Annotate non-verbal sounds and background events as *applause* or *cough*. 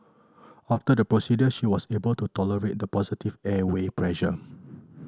after the procedure she was able to tolerate the positive airway pressure *noise*